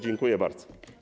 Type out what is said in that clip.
Dziękuję bardzo.